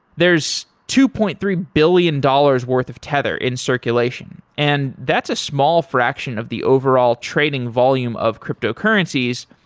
there's two point three billion dollars worth of tether in circulation, and that's a small fraction of the overall trading volume of cryptocurrencies,